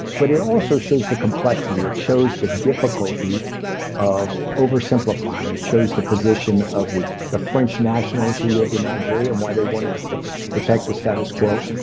but it also shows the complexity. it shows the difficulty of oversimplifying it. it shows the position of the the french nationals who lived in algeria and why they wanted to protect the status quo.